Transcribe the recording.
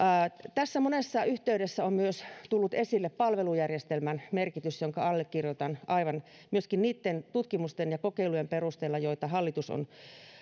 tässä monessa yhteydessä on tullut esille myös palvelujärjestelmän merkitys jonka allekirjoitan aivan myöskin niitten tutkimusten ja kokeilujen perusteella joita hallitus on